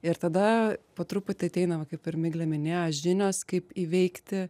ir tada po truputį ateina va kaip ir miglė minėjo žinios kaip įveikti